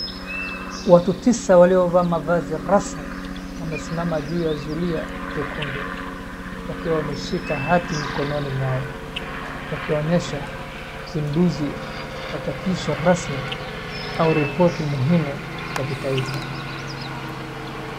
Watu tisa waliovaa mavazi rasmi wamesimama juu ya zulia jekundu, wakiwa wameshika hati mikononi mwao, wakionyesha msimbuzi machapisho rasmi au ripoti muhimu ya kitaifa.